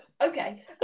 Okay